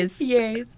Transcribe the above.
Yes